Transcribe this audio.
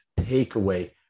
takeaway